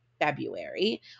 February